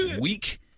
week